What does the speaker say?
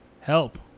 Help